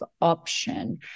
option